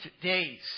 days